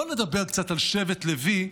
בואו נדבר קצת על שבט לוי,